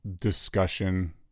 discussion